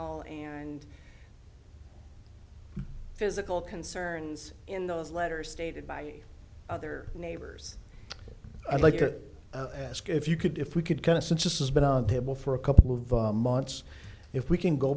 all and physical concerns in those letters stated by other neighbors i'd like to ask if you could if we could kind of sense this is but they will for a couple of months if we can go